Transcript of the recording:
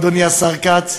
אדוני השר כץ.